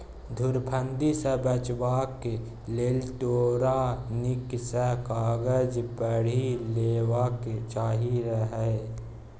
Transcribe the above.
धुरफंदी सँ बचबाक लेल तोरा नीक सँ कागज पढ़ि लेबाक चाही रहय